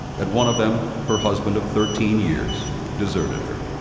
at one of them, her husband of thirteen years deserted her.